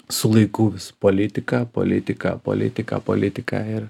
su laiku vis politika politika politika politika ir